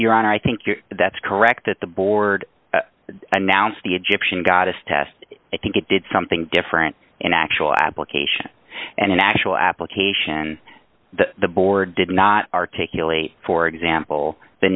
your honor i think that's correct that the board announced the egyptian goddess test i think it did something different in actual application and in actual application the board did not articulate for example the